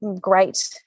great